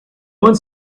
one